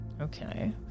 Okay